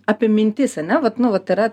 apie mintis ane vat nu vat yra